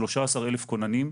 13,000 כוננים,